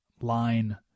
line